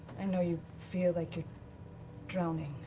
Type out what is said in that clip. i know you feel like you're drowning,